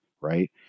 right